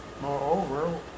Moreover